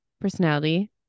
personality